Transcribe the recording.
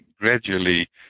gradually